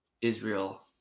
Israel